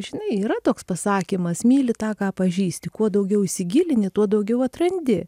žinai yra toks pasakymas myli tą ką pažįsti kuo daugiau įsigilini tuo daugiau atrandi